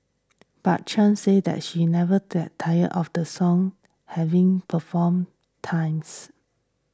but Chan said she never gets tired of the song having performed times